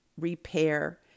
repair